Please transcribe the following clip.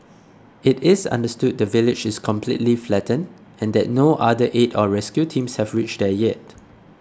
it is understood the village is completely flattened and that no other aid or rescue teams have reached there yet